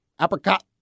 apricot